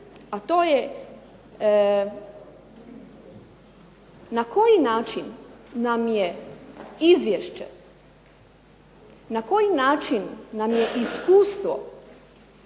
a to je na koji način nam je izvješće, na koji način nam je iskustvo